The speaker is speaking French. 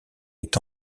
est